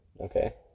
Okay